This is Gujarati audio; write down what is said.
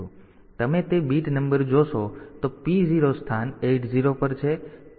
તેથી તમે તે બીટ નંબર જોશો તો P 0 સ્થાન 80 પર છે